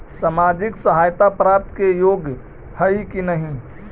सामाजिक सहायता प्राप्त के योग्य हई कि नहीं?